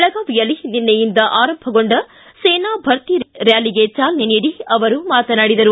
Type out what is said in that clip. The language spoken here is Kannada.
ಬೆಳಗಾವಿಯಲ್ಲಿ ನಿನ್ನೆಯಿಂದ ಆರಂಭಗೊಂಡ ಸೇನಾ ಭರ್ತಿ ರ್ಕಾಲಿಗೆ ಚಾಲನೆ ನೀಡಿ ಅವರು ಮಾತನಾಡಿದರು